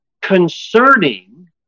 Concerning